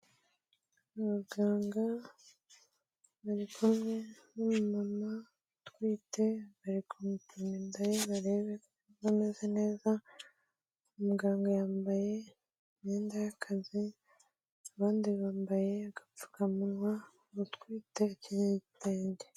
Abaganga bari kumwe n'umama utwite, bari kumupima inda ye ngo barebe bareba ko ameze neza, muganga yambaye imyenda y'akazi abandi bambaye agapfukamunwa utwite akenyeye igitenge.